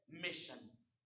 missions